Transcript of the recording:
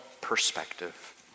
perspective